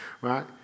right